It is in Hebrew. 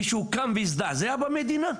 מישהו קם והזדעזע במדינה?